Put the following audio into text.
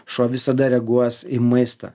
šuo visada reaguos į maistą